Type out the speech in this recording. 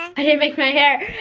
i didn't make my hair.